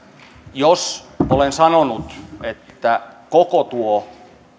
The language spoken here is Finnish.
jos olen sanonut että koko tuo